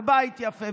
ובית יפה,